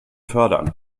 fördern